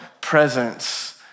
presence